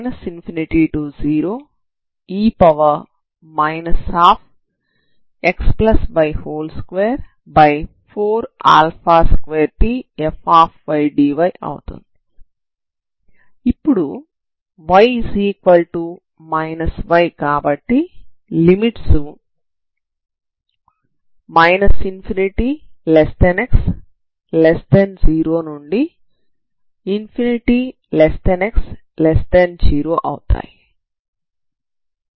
ఇప్పుడు y y కాబట్టి limits ∞x0 నుండి ∞x0 అవుతాయి